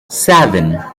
seven